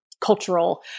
cultural